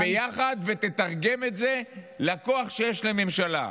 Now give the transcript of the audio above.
שתגיד "ביחד" ותתרגם את זה לכוח שיש לממשלה.